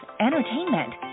entertainment